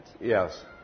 Yes